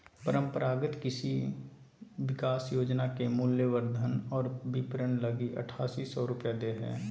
परम्परागत कृषि विकास योजना के मूल्यवर्धन और विपरण लगी आठासी सौ रूपया दे हइ